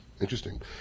Interesting